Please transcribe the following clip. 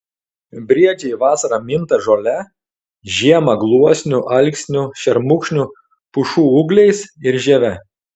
briedžiai vasarą minta žole žiemą gluosnių alksnių šermukšnių pušų ūgliais ir žieve